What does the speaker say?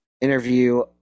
interview